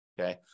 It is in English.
Okay